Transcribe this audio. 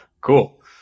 cool